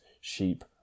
sheep